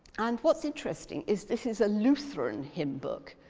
and what's interesting is this is a lutheran hymnbook.